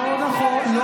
לא נכון.